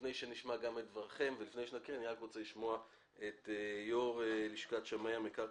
לפני שנשמע את דבריכן אני רוצה לשמוע את יושב-ראש לשכת שמאי המקרקעין,